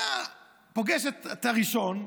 פוגש את הראשון,